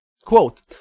Quote